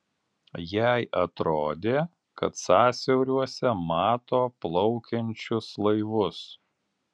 jai atrodė kad sąsiauriuose mato plaukiančius laivus